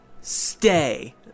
Stay